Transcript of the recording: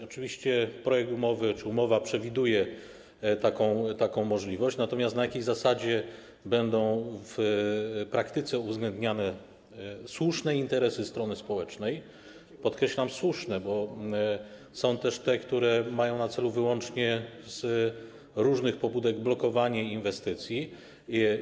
Oczywiście umowa przewiduje taką możliwość, natomiast na jakiej zasadzie będą w praktyce uwzględniane słuszne interesy strony społecznej, podkreślam, słuszne, bo są też te, które mają na celu wyłącznie, z różnych pobudek, blokowanie inwestycji.